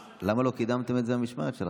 למה לא קידמתם את זה במשמרת שלכם?